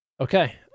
Okay